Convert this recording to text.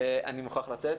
אני מוכרח לצאת.